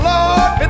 Lord